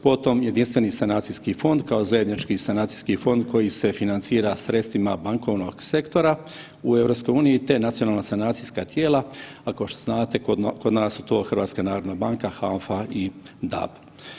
Potom „jedinstveni sanacijski fond“ kao zajednički sanacijski fond koji se financira sredstvima bankovnog sektora u EU, te „nacionalna sanacijska tijela“, a kao što znate kod nas su to HNB, HANFA i DAB.